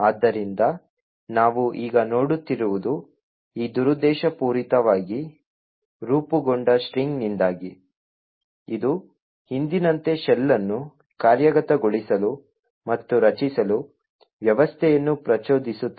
ಆದ್ದರಿಂದ ನಾವು ಈಗ ನೋಡುತ್ತಿರುವುದು ಈ ದುರುದ್ದೇಶಪೂರಿತವಾಗಿ ರೂಪುಗೊಂಡ ಸ್ಟ್ರಿಂಗ್ನಿಂದಾಗಿ ಇದು ಹಿಂದಿನಂತೆ ಶೆಲ್ ಅನ್ನು ಕಾರ್ಯಗತಗೊಳಿಸಲು ಮತ್ತು ರಚಿಸಲು ವ್ಯವಸ್ಥೆಯನ್ನು ಪ್ರಚೋದಿಸುತ್ತದೆ